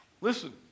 Listen